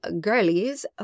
girlies